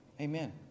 Amen